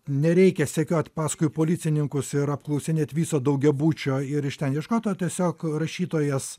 nereikia sekiot paskui policininkus ir apklausinėt viso daugiabučio ir iš ten ieškot o tiesiog rašytojas